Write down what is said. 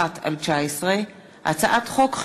פ/2071/19 וכלה בהצעת חוק פ/2099/19,